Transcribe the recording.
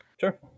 Sure